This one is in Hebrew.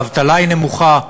האבטלה נמוכה,